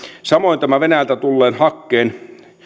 samoin tämä venäjältä tulleen hakkeen